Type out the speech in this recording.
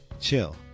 Chill